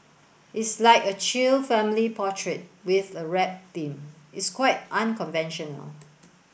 it's like a chill family portrait with a rap theme it's quite unconventional